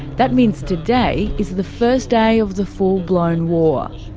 that means today is the first day of the full-blown war.